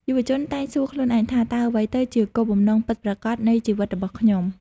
យុវជនតែងសួរខ្លួនឯងថា "តើអ្វីទៅជាគោលបំណងពិតប្រាកដនៃជីវិតរបស់ខ្ញុំ?